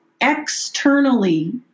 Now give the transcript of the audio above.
externally